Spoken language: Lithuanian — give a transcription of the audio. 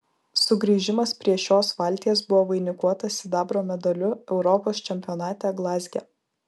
sugrįžimas prie šios valties buvo vainikuotas sidabro medaliu europos čempionate glazge